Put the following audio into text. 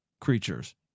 creatures